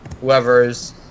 whoever's